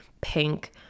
pink